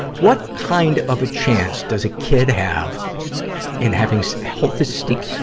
what kind of a chance does a kid have in having health esteem,